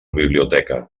biblioteca